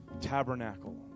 tabernacle